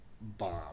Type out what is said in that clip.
Bomb